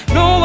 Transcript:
no